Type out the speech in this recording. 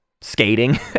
skating